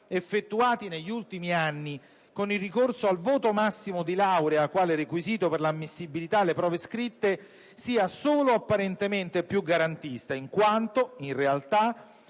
effettuati negli ultimi anni con il ricorso al voto massimo di laurea quale requisito per l'ammissibilità alle prove scritte, sia solo apparentemente più garantista in quanto, in realtà,